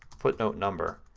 footnote number.